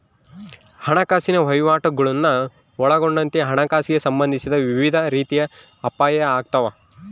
ಹಣಕಾಸಿನ ವಹಿವಾಟುಗುಳ್ನ ಒಳಗೊಂಡಂತೆ ಹಣಕಾಸಿಗೆ ಸಂಬಂಧಿಸಿದ ವಿವಿಧ ರೀತಿಯ ಅಪಾಯ ಆಗ್ತಾವ